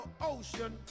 ocean